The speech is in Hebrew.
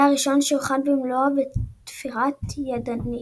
היה הראשון שהוכן במלואו בתפירה ידנית.